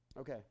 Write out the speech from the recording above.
Okay